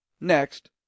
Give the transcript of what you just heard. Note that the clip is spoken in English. Next